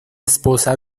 esposa